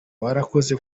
warakoze